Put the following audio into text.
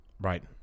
Right